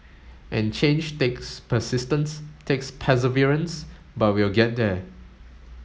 and change takes persistence takes perseverance but we'll get there